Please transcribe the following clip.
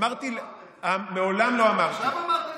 אמרתי, עכשיו אמרת את זה.